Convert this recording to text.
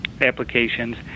applications